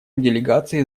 делегации